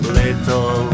little